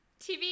TV